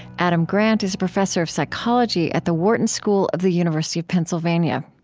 adam grant is a professor of psychology at the wharton school of the university of pennsylvania.